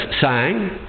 sang